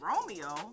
Romeo